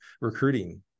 recruiting